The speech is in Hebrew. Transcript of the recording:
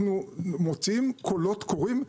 אנחנו מוציאים קולות קוראים,